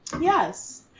Yes